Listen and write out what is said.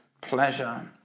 pleasure